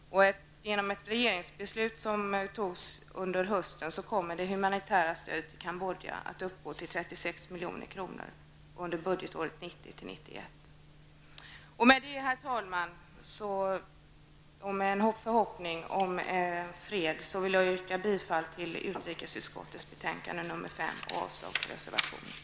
Genom ett regeringsbeslut under hösten kommer det humanitära stödet till Kambodja att uppgå till 36 Med det, herr talman, och med förhoppning om fred vill jag yrka bifall till utrikesutskottets hemställan i betänkande 5 och avslag på reservationen.